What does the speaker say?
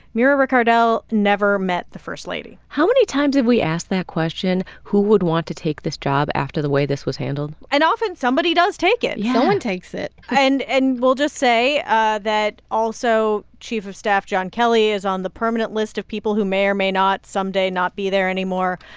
mira ricardel never met the first lady how many times have we asked that question, who would want to take this job after the way this was handled? and often, somebody does take it yeah someone takes it and and we'll just say ah that also, chief of staff john kelly is on the permanent list of people who may or may not someday not be there anymore.